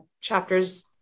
chapters